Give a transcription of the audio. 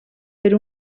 per